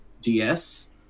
DS